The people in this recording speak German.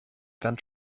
ganz